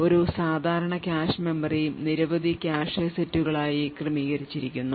ഒരു സാധാരണ cache memory നിരവധി കാഷെ സെറ്റുകളായി ക്രമീകരിച്ചിരിക്കുന്നു